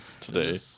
today